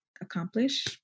accomplish